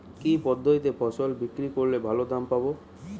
কি পদ্ধতিতে ফসল বিক্রি করলে ভালো দাম পাব?